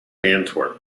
antwerp